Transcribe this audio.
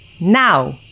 Now